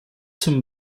zum